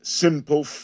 simple